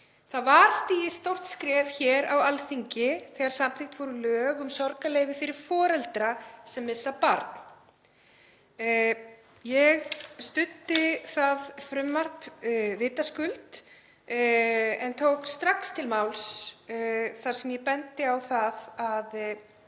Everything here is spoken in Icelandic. Það var stigið stórt skref hér þegar Alþingi samþykkti lög um sorgarleyfi fyrir foreldra sem missa barn. Ég studdi það frumvarp vitaskuld en tók strax til máls þar sem ég benti á að það